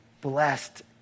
blessed